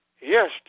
Yes